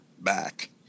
back